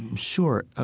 sure.